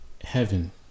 heaven